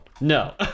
No